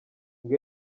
ngo